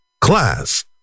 Class